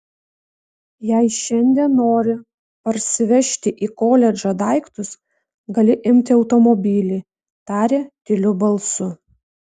jei šiandien nori parsivežti į koledžą daiktus gali imti automobilį tarė tyliu balsu